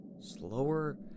Slower